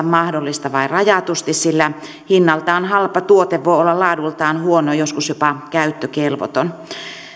mahdollista vain rajatusti sillä hinnaltaan halpa tuote voi olla laadultaan huono joskus jopa käyttökelvoton